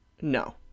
no